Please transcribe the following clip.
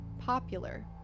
popular